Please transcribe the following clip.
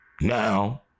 Now